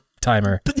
timer